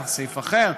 על סעיף אחר,